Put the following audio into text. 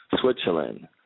Switzerland